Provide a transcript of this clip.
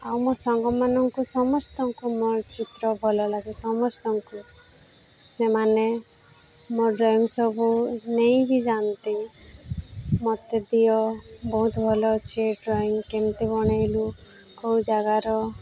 ଆଉ ମୋ ସାଙ୍ଗମାନଙ୍କୁ ସମସ୍ତଙ୍କୁ ମୋ ଚିତ୍ର ଭଲ ଲାଗେ ସମସ୍ତଙ୍କୁ ସେମାନେ ମୋ ଡ୍ରଇଂ ସବୁ ନେଇକି ଯାଆନ୍ତି ମୋତେ ଦିଅ ବହୁତ ଭଲ ଅଛି ଡ୍ରଇଂ କେମିତି ବନେଇଲୁ କେଉଁ ଜାଗାର